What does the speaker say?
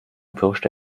pirschte